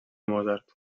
mozart